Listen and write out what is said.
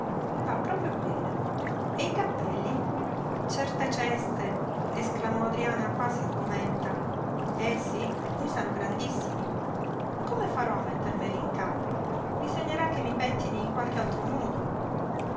va proprio bene e i cappelli certe ceste esclamò adriana quasi sgomenta eh sí usano grandissimi come farò a mettermeli in capo bisognerà che mi pèttini in qualche altro modo